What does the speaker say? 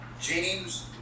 James